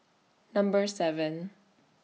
Number seven